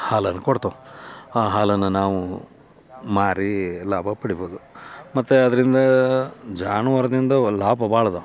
ಹಾಲನ್ನು ಕೊಡ್ತವೆ ಆ ಹಾಲನ್ನು ನಾವು ಮಾರಿ ಲಾಭ ಪಡೀಬೋದು ಮತ್ತು ಅದರಿಂದ ಜಾನುವಾರದಿಂದ ಲಾಭ ಭಾಳ ಇದಾವೆ